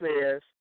says